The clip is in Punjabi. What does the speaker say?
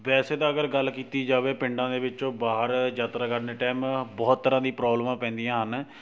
ਵੈਸੇ ਤਾਂ ਅਗਰ ਗੱਲ ਕੀਤੀ ਜਾਵੇ ਪਿੰਡਾਂ ਦੇ ਵਿੱਚੋਂ ਬਾਹਰ ਯਾਤਰਾ ਕਰਨ ਦੇ ਟਾਈਮ ਬਹੁਤ ਤਰ੍ਹਾਂ ਦੀ ਪ੍ਰੋਬਲਮਾਂ ਪੈਂਦੀਆਂ ਹਨ